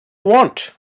want